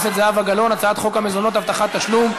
חוק המזונות (הבטחת תשלום)